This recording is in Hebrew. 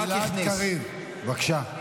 גלעד קריב, בבקשה.